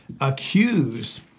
accused